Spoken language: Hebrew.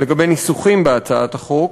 לגבי ניסוחים בהצעת החוק,